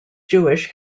jewish